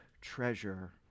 treasure